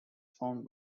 formed